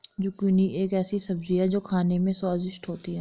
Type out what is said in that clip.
zucchini एक ऐसी सब्जी है जो खाने में स्वादिष्ट होती है